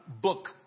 book